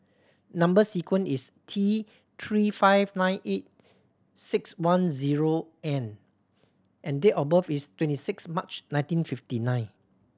number sequence is T Three five nine eight six one zero N and date of birth is twenty six March nineteen fifty nine